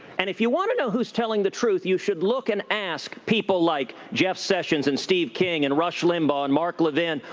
and if you want to know who's telling the truth, you should look and ask people like jeff sessions and steve king and rush limbaugh and mark levin,